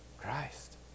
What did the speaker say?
Christ